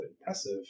impressive